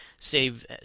save